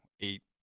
eight